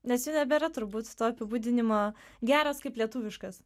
nes jau nebėra turbūt to apibūdinimo geras kaip lietuviškas